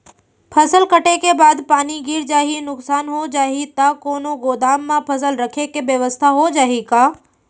फसल कटे के बाद पानी गिर जाही, नुकसान हो जाही त कोनो गोदाम म फसल रखे के बेवस्था हो जाही का?